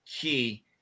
key